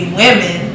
women